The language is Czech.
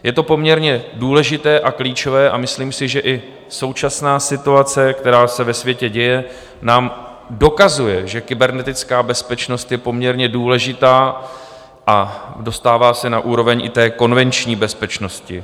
Je to poměrně důležité a klíčové a myslím si, že i současná situace, která se ve světě děje, nám dokazuje, že kybernetická bezpečnost je poměrně důležitá a dostává se na úroveň i konvenční bezpečnosti.